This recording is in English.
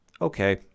okay